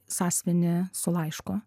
sąsiuvinį su laišku